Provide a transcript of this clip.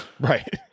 Right